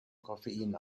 koffein